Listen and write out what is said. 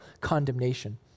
condemnation